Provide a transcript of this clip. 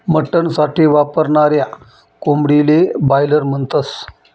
mutton साठी वापरनाऱ्या कोंबडीले बायलर म्हणतस